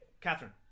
Catherine